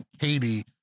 Katie